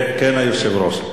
כן, היושב-ראש.